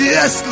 Yes